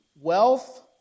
wealth